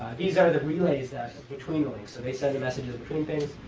these are the relays between links. so they send the messages between things.